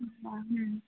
ಇಲ್ಲ ಹ್ಞೂ